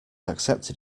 accepted